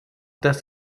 dass